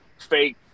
fake